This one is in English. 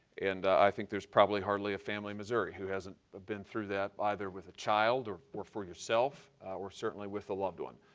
and i think there's probably hardly a family in missouri who hasn't been through that either with a child or or for yourself or certainly with a loved one.